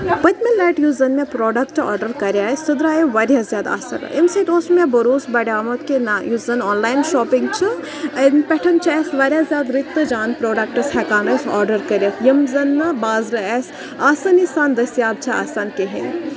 پٔتمہِ لَٹہِ یُس زَن مےٚ پروڈَکٹہٕ آرڈر کَرے اَسہِ سُہ درٛایو واریاہ زیادٕ اَصٕل اَمہِ سۭتۍ اوس مےٚ بروسہٕ بَڑیومُت کہِ نہ یُس زَن آن لاین شاپِنگ چھُ اَمہِ پٮ۪ٹھ چھُ اَسہِ واریاہ زیادٕ رٕتۍ تہِ جان پروڈَکٹٕس ہٮ۪کان أسۍ آرڈر کٔرِتھ یِم زَن نہٕ بازرٕ اَسہِ آسٲنی سان دٔستِیاب چھِ آسان کِہینۍ